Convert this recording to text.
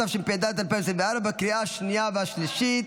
התשפ"ד 2024, לקריאה שנייה ושלישית.